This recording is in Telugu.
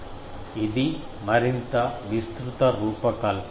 ఇది మరింత విస్తృత రూపకల్పన